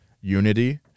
unity